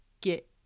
get